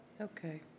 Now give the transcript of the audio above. Okay